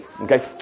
Okay